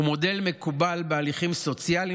הוא מודל מקובל בהליכים סוציאליים,